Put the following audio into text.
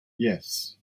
yes